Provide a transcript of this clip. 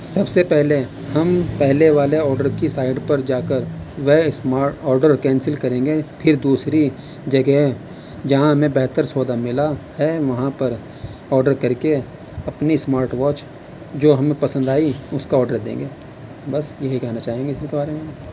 سب سے پہلے ہم پہلے والے آڈر کی سائٹ پر جا کر وہ اسمارٹ آڈر کینسل کریں گے پھر دوسری جگہ جہاں ہمیں بہتر سودا ملا ہے وہاں پر آڈر کر کے اپنی اسمارٹ واچ جو ہمیں پسند آئی اس کا آڈر دیں گے بس یہی کہنا چاہیں گے اسی کے بارے میں